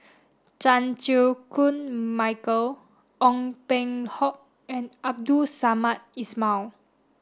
Chan Chew Koon Michael Ong Peng Hock and Abdul Samad Ismail